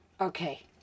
Okay